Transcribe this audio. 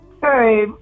Hey